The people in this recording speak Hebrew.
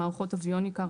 מערכות אוויוניקה,